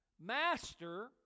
Master